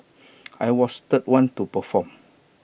I was the third one to perform